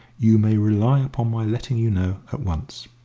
you may rely upon my letting you know at once.